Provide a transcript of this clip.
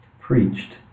preached